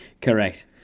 correct